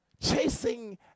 chasing